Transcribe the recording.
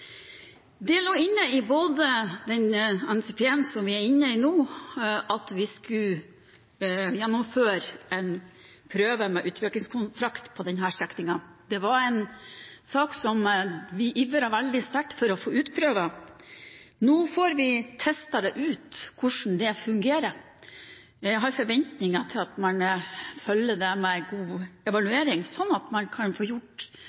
Det lå inne i den NTP-en som vi er inne i nå, at vi skulle gjennomføre en prøve med veiutviklingskontrakt på denne strekningen. Det var en sak som vi ivret veldig sterkt for å få utprøvd. Nå får vi testet det ut, hvordan det fungerer. Jeg har forventninger til at man følger det opp med en god evaluering, sånn at man kan få gjort